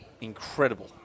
incredible